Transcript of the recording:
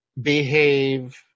behave